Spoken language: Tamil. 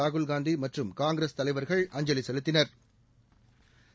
ராகுல்காந்தி மற்றும் காங்கிரஸ் தலைவா்கள் அஞ்சலி செலுத்தினா்